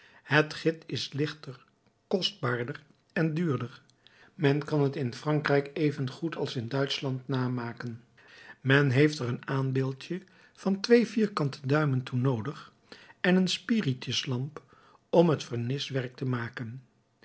het git is lichter kostbaarder en duurder men kan t in frankrijk evengoed als in duitschland namaken men heeft er een aanbeeldje van twee vierkante duimen toe noodig en een spirituslamp om het verniswerk te maken